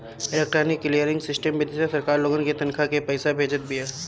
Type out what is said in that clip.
electronic clearing system विधि से सरकार लोगन के तनखा के पईसा भेजत बिया